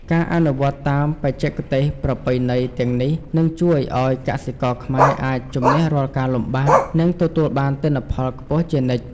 ការអនុវត្តតាមបច្ចេកទេសប្រពៃណីទាំងនេះនឹងជួយឱ្យកសិករខ្មែរអាចជម្នះរាល់ការលំបាក និងទទួលបានទិន្នផលខ្ពស់ជានិច្ច។